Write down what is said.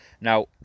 now